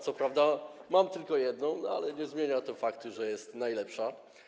Co prawda mam tylko jedną, ale nie zmienia to faktu, że jest najlepsza.